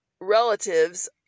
relatives